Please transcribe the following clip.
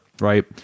right